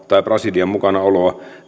tai brasilian mukanaoloa